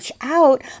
out